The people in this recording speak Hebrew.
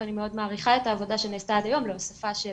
ואני מאוד מעריכה את העבודה שנעשתה עד היום להוספה של